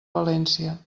valència